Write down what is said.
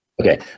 Okay